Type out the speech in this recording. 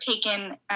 taken